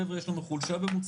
חבר'ה יש לנו חולשה במוצר,